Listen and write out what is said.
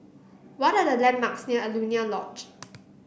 what are the landmarks near Alaunia Lodge